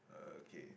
uh okay